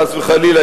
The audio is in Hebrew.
חס וחלילה,